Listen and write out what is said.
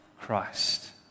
Christ